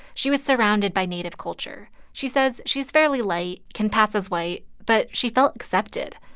she was surrounded by native culture. she says she's fairly light, can pass as white, but she felt accepted.